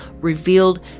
revealed